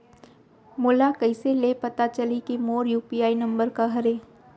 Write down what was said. मोला कइसे ले पता चलही के मोर यू.पी.आई नंबर का हरे?